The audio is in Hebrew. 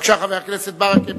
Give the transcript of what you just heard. בבקשה, חבר הכנסת ברכה.